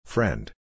Friend